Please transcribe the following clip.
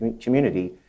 community